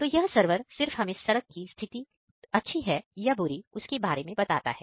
तो यह सरवर सिर्फ हमें सड़क की स्थिति अच्छी है या बुरी उसके बारे में बताता है